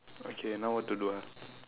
okay now what to do ah